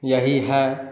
यही है